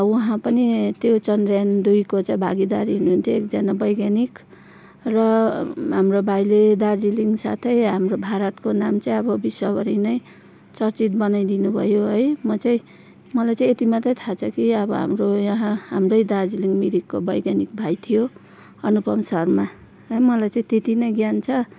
उहाँ पनि त्यो चन्द्रयान दुईको चाहिँ भागिदारी हुनुहुन्थ्यो एकजना वैज्ञानिक र हाम्रो भाइले दार्जिलिङ साथै हाम्रो भारतको नाम चाहिँ अब विश्वभरि नै चर्चित बनाइदिनु भयो है म चाहिँ मलाई चाहिँ यति मात्रै थाहा छ कि अब हाम्रो यहाँ हाम्रै दार्जिलिङ मिरिकको वैज्ञानिक भाइ थियो अनुपम शर्मा मलाई चाहिँ त्यति नै ज्ञान छ